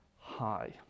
high